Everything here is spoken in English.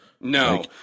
No